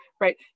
right